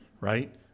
right